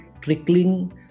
trickling